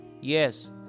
yes